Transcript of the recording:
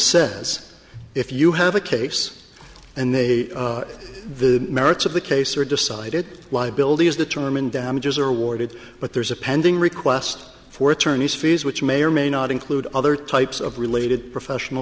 says if you have a case and they the merits of the case are decided liabilities determined damages are awarded but there's a pending request for attorney's fees which may or may not include other types of related professional